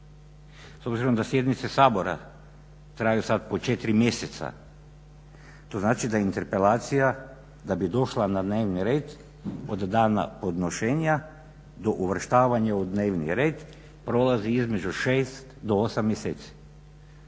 S obzirom da sjednice Sabora traju sada po 4 mjeseca, to znači da interpelacija da bi došla na dnevni red od dana podnošenja do uvrštavanja u dnevni red. prolazi između 6 do 8 mjeseci,